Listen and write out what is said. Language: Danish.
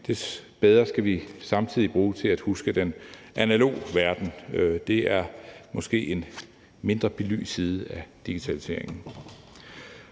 des bedre skal vi samtidig være til at huske den analoge verden. Det er måske en mindre belyst side af digitaliseringen.